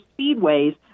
Speedways